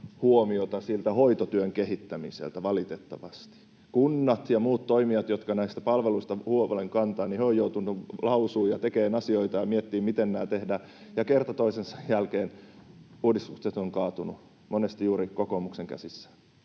huomiota siltä hoitotyön kehittämiseltä, valitettavasti. Kunnat ja muut toimijat, jotka näistä palveluista huolen kantavat, ovat joutuneet lausumaan ja tekemään asioita ja miettimään, miten nämä tehdään, ja kerta toisensa jälkeen uudistukset ovat kaatuneet, monesti juuri kokoomuksen käsissä.